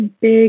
big